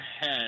head